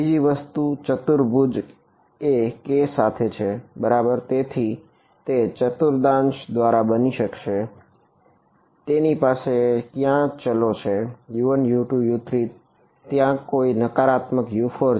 બીજી વસ્તુ ચતુર્ભુજ એ k સાથે છે બરાબર તેથી તે ચતુર્થાંશ દ્વારા બની શકશે તેની પાસે ક્યાં ચલો છે U1U2U3 ત્યાં કોઈ નકારાત્મક U4 છે બરાબર